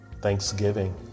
Thanksgiving